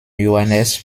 johannes